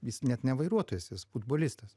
jis net ne vairuotojas jis futbolistas